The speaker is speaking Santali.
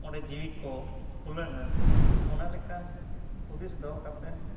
ᱚᱸᱰᱮ ᱡᱤᱣᱤᱠᱚ ᱦᱩᱞᱟᱹᱝᱼᱟ ᱚᱱᱟᱞᱮᱠᱟᱱ ᱦᱩᱫᱤᱥ ᱫᱚᱦᱚ ᱠᱟᱛᱮᱫ